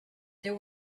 there